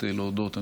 הכנסת.